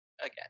again